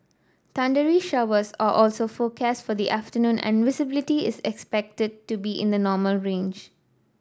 thundery showers are also forecast for the afternoon and visibility is expected to be in the normal range